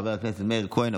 חבר הכנסת מאיר כהן,